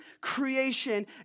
creation